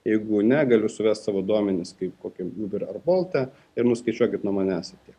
jeigu ne galiu suvest savo duomenis kaip kokiam uber ar bolte ir nuskaičiuokit nuo manęs ir tiek